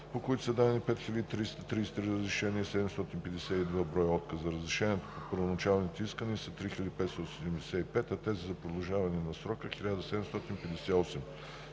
по които са дадени 5333 разрешения и 752 отказа. Разрешенията по първоначалните искания са 3575, а тези за продължаване на срока са 1758.